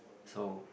so